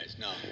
No